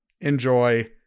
enjoy